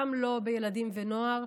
גם לא בילדים ונוער,